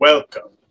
Welcome